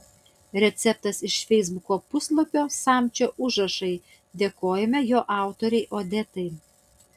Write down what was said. receptas iš feisbuko puslapio samčio užrašai dėkojame jo autorei odetai